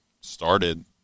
started